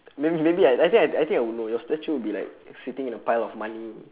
may~ maybe I I think I think I would know your statue will be like sitting in a pile of money